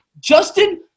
Justin –